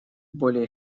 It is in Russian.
более